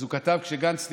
אז כשגנץ נכנס,